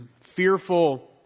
fearful